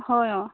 হয় অঁ